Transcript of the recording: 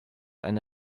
eine